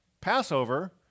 Passover